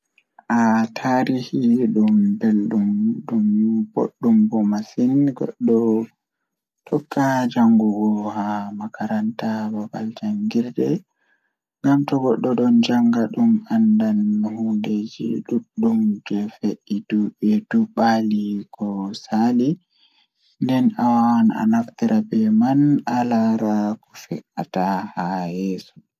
Ah Taarihi ɗum belɗum ɗum boɗɗum bo masin History waawi hokkata moƴƴi e ɓe waɗtudee, ɓe waawataa faami noyiɗɗo e nder laawol. E ɗum woodi firtiimaaji moƴƴi ngam yeeyii laawol e soodun faa, hay ɓe waawataa ko aadee e ɓe waɗtude ngal noyiɗɗo. Ko tawa moƴƴi e history ngam tawti caɗeele e laawol fuɗɗi.